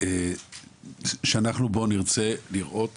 שאנחנו נרצה בו לראות